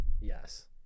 yes